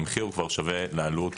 המחיר הוא כבר שווה לעלות.